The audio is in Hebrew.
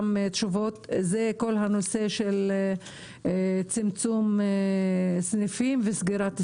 תשובות זה כל הנושא של צמצום סניפים וסגירת סניפים.